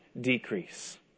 decrease